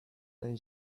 then